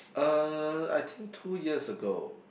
uh I think two years ago